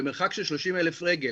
למרחק של 30,000 רגל